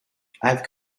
have